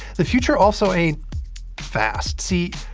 the future also ain't fast. see,